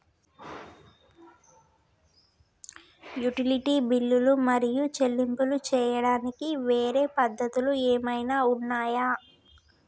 Utility బిల్లులు మరియు చెల్లింపులు చేయడానికి వేరే పద్ధతులు ఏమైనా ఉన్నాయా?